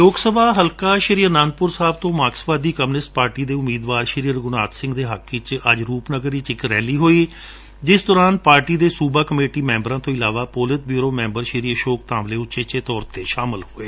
ਲੋਕ ਸਭਾ ਹਲਕਾ ਸ੍ਰੀ ਆਨੰਦਪੁਰ ਸਾਹਿਬ ਤੋਂ ਮਾਰਕਸਵਾਦੀ ਕਾਮਰੇਡ ਪਾਰਟੀ ਦੇ ਉਮੀਦਵਾਰ ਰਘੁਨਾਥ ਸਿੰਘ ਦੇ ਹੱਕ ਵਿਚ ਅੱਜ ਰੂਪਨਗਰ ਵਿਚ ਇਕ ਰੈਲੀ ਹੋਈ ਜਿਸ ਦੌਰਾਨ ਪਾਰਟੀ ਦੀ ਸੂਬਾ ਕਮੇਟੀ ਮੈਬਰਾਂ ਤੋ ਇਲਾਵਾ polit bureau member Ashok Dhawale ਉਚੇਚੇ ਤੌਰ ਤੇ ਸ਼ਾਮਲ ਹੋਏ